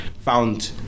found